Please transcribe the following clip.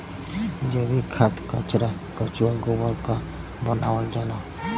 जैविक खाद कचरा केचुआ गोबर क बनावल जाला